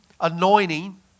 anointing